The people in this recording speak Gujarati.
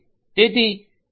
તેથી એસ